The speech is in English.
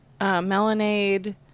melonade